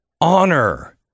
honor